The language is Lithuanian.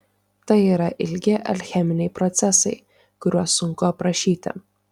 tai yra ilgi alcheminiai procesai kuriuos sunku aprašyti